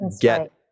get